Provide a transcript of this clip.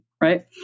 right